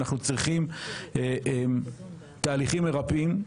אנחנו צריכים תהליכים מרפאים.